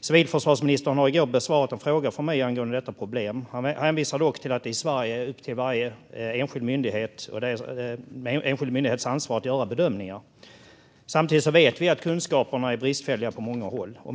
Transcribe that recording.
Civilförsvarsministern har i går besvarat en fråga från mig angående detta problem. Han hänvisar dock till att det i Sverige är varje enskild myndighets ansvar att göra bedömningar. Samtidigt vet vi att kunskaperna är bristfälliga på flera håll.